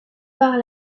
par